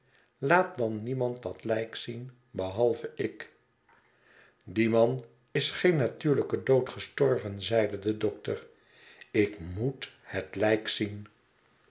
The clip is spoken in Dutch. laat dan niemand dat lijk zien bebalve ik die man is geen natuurlijken dood gestorven zeide de dokter ik moet het lijk zien